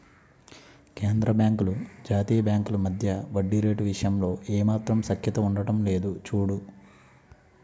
కేంద్రబాంకులు జాతీయ బాంకుల మధ్య వడ్డీ రేటు విషయంలో ఏమాత్రం సఖ్యత ఉండడం లేదు చూడు